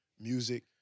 music